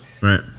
Right